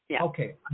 Okay